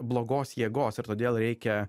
blogos jėgos ir todėl reikia